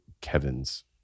Kevin's